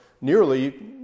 nearly